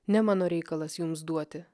ne mano reikalas jums duoti